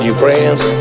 Ukrainians